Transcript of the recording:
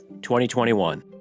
2021